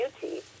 beauty